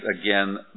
again